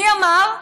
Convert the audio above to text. מי אמר?